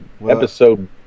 Episode